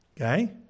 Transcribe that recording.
Okay